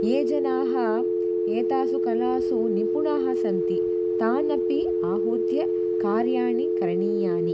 ये जनाः एतासु कलासु निपुणाः सन्ति तानपि आहुत्य कार्याणि करणीयानि